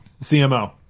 CMO